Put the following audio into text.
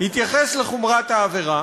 יתייחס לחומרת העבירה,